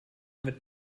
mit